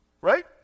right